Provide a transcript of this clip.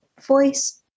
voice